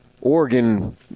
oregon